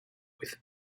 with